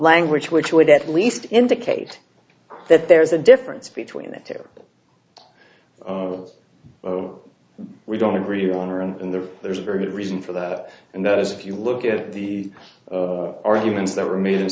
language which would at least indicate that there's a difference between the two we don't agree on or and then there's a very good reason for that and that is if you look at the arguments that were made in